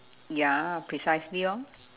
ya precisely lor